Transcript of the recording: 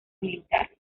militar